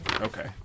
Okay